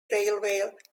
railway